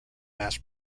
mass